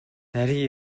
нарийн